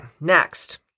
next